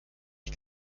ich